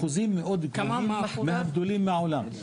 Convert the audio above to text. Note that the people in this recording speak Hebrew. אחוזים מאוד גבוהים מהגדולים בעולם.